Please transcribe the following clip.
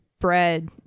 bread